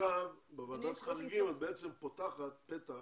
בוועדת החריגים את בעצם פותחת פתח